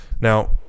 Now